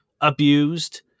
abused